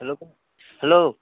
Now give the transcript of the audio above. hello କହ hello